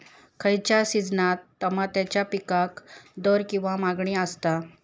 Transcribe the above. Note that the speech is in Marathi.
खयच्या सिजनात तमात्याच्या पीकाक दर किंवा मागणी आसता?